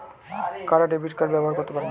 কারা debit card ব্যবহার করতে পারেন?